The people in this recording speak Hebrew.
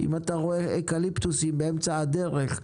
אם אתה רואה אקליפטוסים באמצע הדרך,